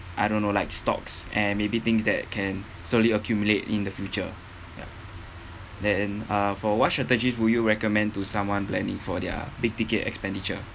I don't know like stocks and maybe things that can slowly accumulate in the future ya then uh for what strategies would you recommend to someone planning for their big ticket expenditure